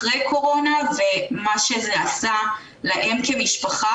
אחרי קורונה ומה שזה עשה להם למשפחה